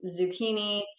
zucchini